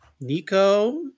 Nico